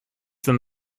them